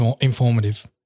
informative